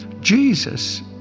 Jesus